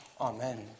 Amen